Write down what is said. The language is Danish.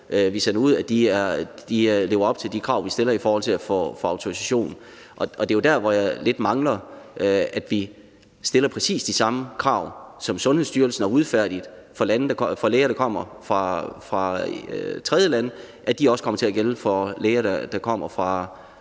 vi sender ud, lever op til de krav, som vi stiller i forhold til at få autorisation. Og det er jo der, hvor jeg lidt mangler, at vi stiller præcis de samme krav, som Sundhedsstyrelsen har udfærdiget for læger, der kommer fra tredjelande, til læger, der kommer fra